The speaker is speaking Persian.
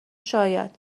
شاید